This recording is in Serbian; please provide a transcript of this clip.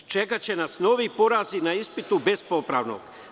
Čekaće nas novi porazi na ispitu bez popravnog.